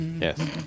Yes